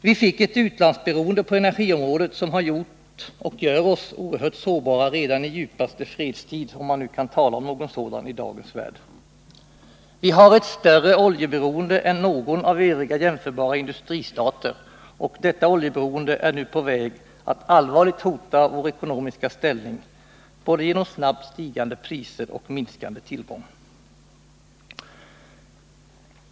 Vi fick ett utlandsberoende på energiområdet som har gjort och gör oss oerhört sårbara redan i djupaste fredstid, om man nu kan tala om någon sådan i dagens värld. Vi har ett större oljeberoende än någon av övriga jämförbara industristater. Och detta oljeberoende är nu på väg att allvarligt hota vår ekonomiska ställning, både genom snabbt stigande priser och genom minskande tillgång.